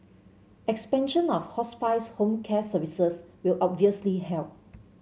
expansion of hospice home care services will obviously help